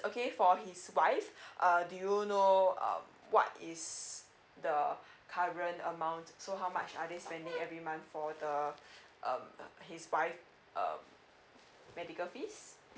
okay for his wife uh do you know um what is the current amount so how much are they spending every month for the um his wife uh medical fees